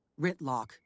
Ritlock